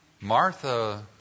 Martha